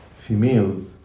females